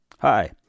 Hi